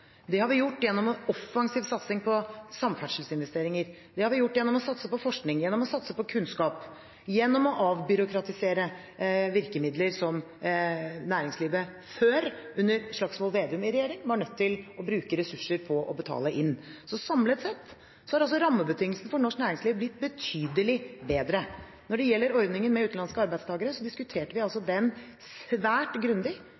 Det har vi gjort gjennom en offensiv satsing på samferdselsinvesteringer, det har vi gjort gjennom å satse på forskning, gjennom å satse på kunnskap, gjennom å avbyråkratisere virkemidler som næringslivet før, under Slagsvold Vedum i regjering, var nødt til å bruke ressurser på å betale inn. Samlet sett har altså rammebetingelsene for norsk næringsliv blitt betydelig bedre. Når det gjelder ordningen med utenlandske arbeidstakere, diskuterte vi den svært grundig